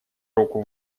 руку